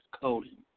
coding